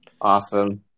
Awesome